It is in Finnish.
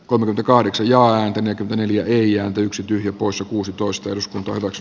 kohde kahdeksan jaa ääntä neljä yksi tyhjä poissa kuusitoista jos kaivos